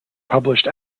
published